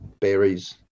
berries